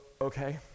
okay